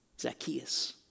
Zacchaeus